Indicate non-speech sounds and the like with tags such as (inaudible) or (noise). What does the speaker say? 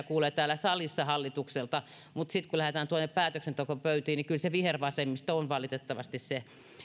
(unintelligible) kuulee täällä salissa hallitukselta mutta sitten kun lähdetään päätöksentekopöytiin niin kyllä se vihervasemmisto on valitettavasti se